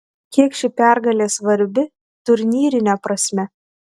kiek ši pergalė svarbi turnyrine prasme